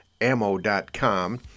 Ammo.com